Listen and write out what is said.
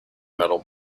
metal